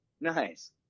Nice